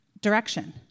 direction